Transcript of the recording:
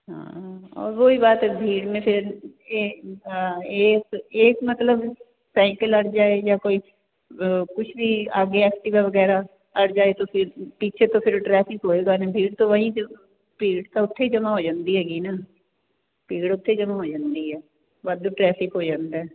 ਹਾਂ ਵੋਹੀ ਬਾਤ ਭੀੜ ਮੇ ਫਿਰ ਇਹ ਇਸ ਮਤਲਬ ਸਾਇਕਲ ਅੜ ਜਾਏ ਜਾਂ ਕੋਈ ਕੁਛ ਵੀ ਆਗੇ ਐਕਟਿਵਾ ਵਗੈਰਾ ਅੜ ਜਾਏ ਤੋ ਫਿਰ ਪੀਛੇ ਤੋਂ ਫਿਰ ਟ੍ਰੈਫਿਕ ਹੋਏਗਾ ਨਾ ਪੀੜ ਭੀੜ ਤਾਂ ਉਥੇ ਹੀ ਜਮਾਂ ਹੋ ਜਾਂਦੀ ਹੈਗੀ ਨਾ ਭੀੜ ਉੱਥੇ ਜਮਾਂ ਹੋ ਜਾਂਦੀ ਐ ਵੱਧ ਟਰੈਫਿਕ ਹੋ ਜਾਂਦਾ